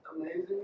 amazing